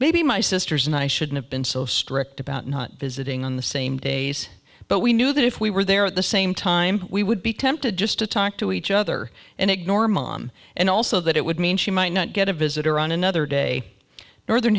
maybe my sisters and i should have been so strict about not visiting on the same days but we knew that if we were there at the same time we would be tempted just to talk to each other and ignore mom and also that it would mean she might not get a visitor on another day northern